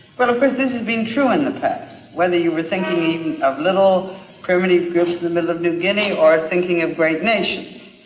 well, of course this has been true in the past. whether you were thinking even of little primitive groups in the middle of new guinea or thinking of great nations.